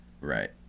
Right